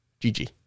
gg